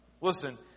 Listen